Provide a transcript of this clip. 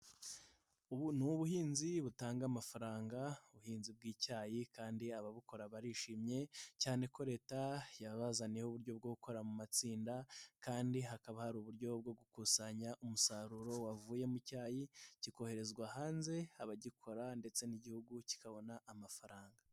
Ubu ni ubuhinzi butanga amafaranga, ubuhinzi bw'icyayi kandi ababukora barishimye, cyane ko leta yabazaniyeho uburyo bwo gukora mu matsinda kandi hakaba hari uburyo bwo gukusanya umusaruro wavuye mu cyayi, kikoherezwa hanze, abagikora ndetse n'igihugu kikabona amafaranga.